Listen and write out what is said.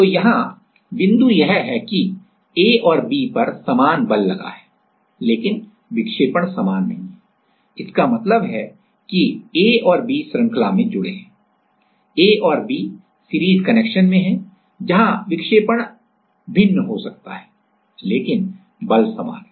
तो यहाँ बिंदु यह है कि A और B पर सामान बल लगा है लेकिन विक्षेपण समान नहीं है इसका मतलब है कि A और B श्रृंखला में जुड़े हैं A और B सीरीज कनेक्शन में हैं जहां विक्षेपण भिन्न हो सकता है लेकिन बल समान है